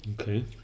Okay